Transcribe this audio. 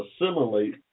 assimilate